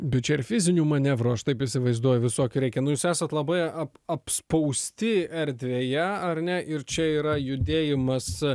bet čia ir fizinių manevro aš taip įsivaizduoju visokių reikia nu jūs esat labai ap apspausti erdvėje ar ne ir čia yra judėjimas